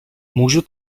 můžu